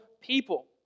people